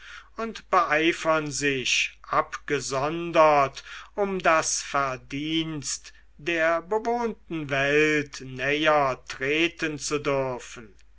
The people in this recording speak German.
und beeifern sich abgesondert um das verdienst der bewohnten welt nähertreten zu dürfen